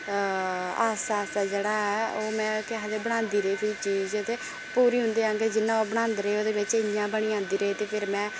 आस्ता आस्ता जेह्ड़ा ऐ ओह् में केह् आखदे बनांदी रेही फ्ही चीज ते पूरी उं'दे आंह्गर जि'यां ओह् बनांदे रेह् ओह्दे बिच्च इ'यां बनी जन्दी रेही ते फिर में